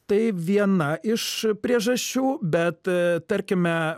tai viena iš priežasčių bet tarkime